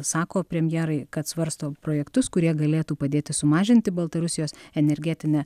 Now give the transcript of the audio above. sako premjerai kad svarsto projektus kurie galėtų padėti sumažinti baltarusijos energetinę